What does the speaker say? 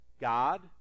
God